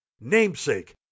namesake